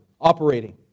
operating